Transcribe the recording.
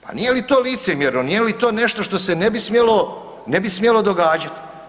Pa nije li to licemjerno, nije li to nešto što se ne bi smjelo događati?